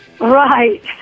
Right